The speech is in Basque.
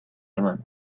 eman